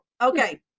okay